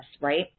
right